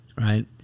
right